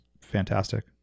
fantastic